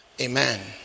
Amen